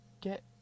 get